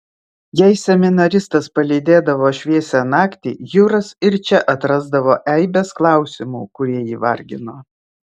jei seminaristas palydėdavo šviesią naktį juras ir čia atrasdavo eibes klausimų kurie jį vargino